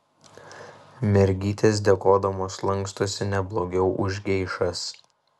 mergytės dėkodamos lankstosi ne blogiau už geišas